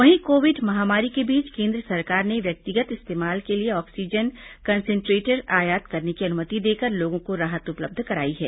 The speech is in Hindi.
वहीं कोविड महामारी के बीच केन्द्र सरकार ने व्यक्तिगत इस्तेमाल के लिए ऑक्सीजन कंसेनट्रेटर आयात करने की अनुमति देकर लोगों को राहत उपलब्ध करायी है